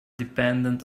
dependent